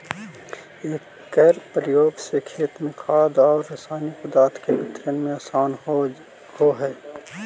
एकर प्रयोग से खेत में खाद औउर रसायनिक पदार्थ के वितरण में आसान हो जा हई